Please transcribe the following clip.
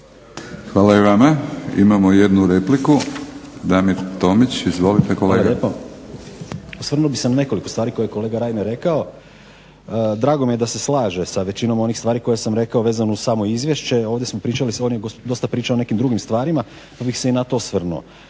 Hvala i vama. Imamo jednu repliku, Damir Tomić. Izvolite kolega. **Tomić, Damir (SDP)** Hvala lijepo. Osvrnuo bih se na nekoliko stvari koje je kolega Reiner rekao. Drago mi je da se slaže sa većinom onih stvari koje sam rekao vezano uz samo izvješće. Ovdje smo pričali, on je dosta pričao o nekim drugim stvarima pa bih se i na to osvrnuo.